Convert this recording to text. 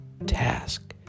task